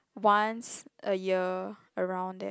once a year around that